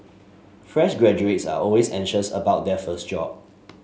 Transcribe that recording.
fresh graduates are always anxious about their first job